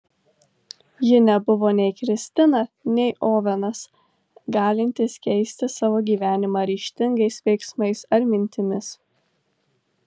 ji nebuvo nei kristina nei ovenas galintys keisti savo gyvenimą ryžtingais veiksmais ar mintimis